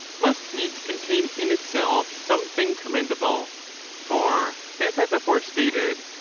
must needs contain in itself some thing commendable for as i before stated,